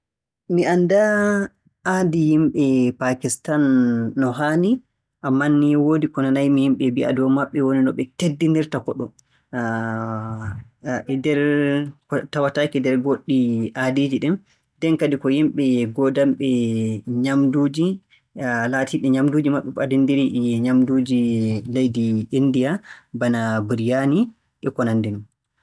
Mi anndaa aadi yimɓe Pakistan no haani, ammaa woodi ko nanay-mi yimɓe e mbi'a dow maɓɓe woni no ɓe teddinirta koɗo. E nder ko tawataake nder goɗɗi aadiiji ɗin. Nden ko yimɓe goodanɓe nyaamnduuji laatiiɗi nyaamnduuji maɓɓe ɓadindirii e nyaamnduuji leydi Inndiya bana Biriyaani e ko nanndi non.